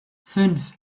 fünf